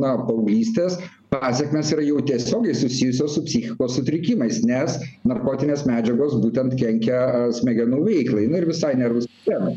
na paauglystės pasekmės yra jau tiesiogiai susijusios su psichikos sutrikimais nes narkotinės medžiagos būtent kenkia a smegenų veiklai na ir visai nervų sistemai